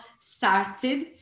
started